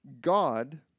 God